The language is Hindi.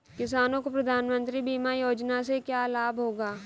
किसानों को प्रधानमंत्री बीमा योजना से क्या लाभ होगा?